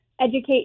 educate